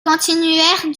continuèrent